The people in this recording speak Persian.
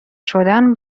شدن